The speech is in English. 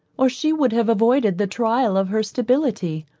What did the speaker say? or she would have avoided the trial of her stability.